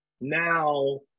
now